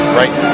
right